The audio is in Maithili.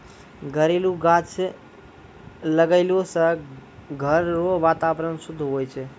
घरेलू गाछ लगैलो से घर रो वातावरण शुद्ध हुवै छै